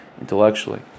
intellectually